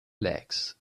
legs